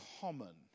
common